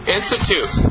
Institute